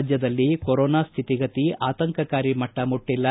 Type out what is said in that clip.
ರಾಜ್ಯದಲ್ಲಿ ಕೊರೊನಾ ಸ್ಕಿತಿಗತಿ ಆತಂಕಕಾರಿ ಮಟ್ವ ತಲುಪಿಲ್ಲ